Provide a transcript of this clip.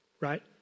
right